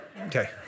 Okay